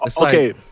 Okay